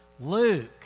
Luke